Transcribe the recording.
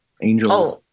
angels